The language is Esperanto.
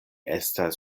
estas